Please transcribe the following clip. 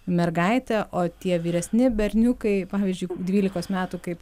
mergaitę o tie vyresni berniukai pavyzdžiui dvylikos metų kaip